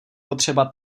potřeba